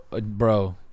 Bro